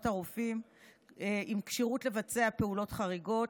הרופאים (כשירות לבצע פעולות חריגות),